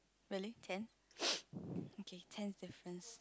really ten okay ten difference